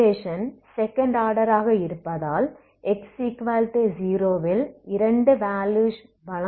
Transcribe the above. equation second order ஆக இருப்பதால் x0ல் இரண்டு வேலுயுஸ் வழங்க வேண்டும் என்ற தேவை இல்லை